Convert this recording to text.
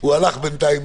-- הוא הלך בינתיים